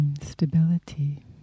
Stability